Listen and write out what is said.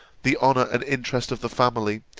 the honour and interest of the family,